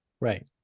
Right